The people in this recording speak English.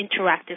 interactive